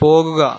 പോകുക